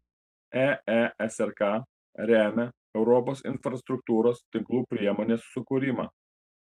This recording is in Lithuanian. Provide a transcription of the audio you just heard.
eesrk remia europos infrastruktūros tinklų priemonės sukūrimą